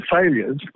failures